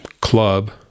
club